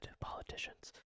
politicians